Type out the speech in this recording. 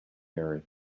harry